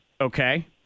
Okay